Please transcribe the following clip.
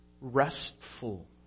restful